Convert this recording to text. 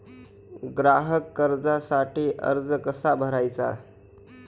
ग्राहक कर्जासाठीचा अर्ज कसा भरायचा?